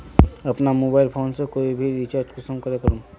अपना mobile phone से कोई भी रिचार्ज कुंसम करे करूम?